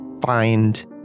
find